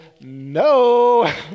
no